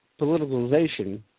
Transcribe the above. politicalization